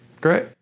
Great